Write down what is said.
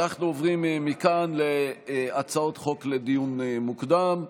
אנחנו עוברים מכאן להצעות חוק לדיון מוקדם.